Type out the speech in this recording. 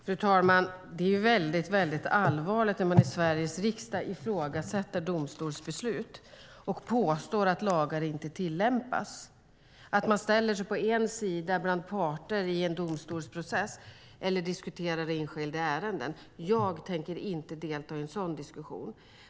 Herr talman! Det är väldigt allvarligt när man i Sveriges riksdag ifrågasätter domstolsbeslut och påstår att lagar inte tillämpas och att man ställer sig på en sida bland parter i en domstolsprocess eller diskuterar enskilda ärenden. Jag tänker inte delta i en sådan diskussion.